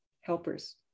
helpers